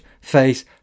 face